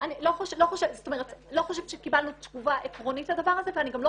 לא חושבת שקיבלנו תגובה עקרונית לדבר הזה ואני גם לא